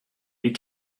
you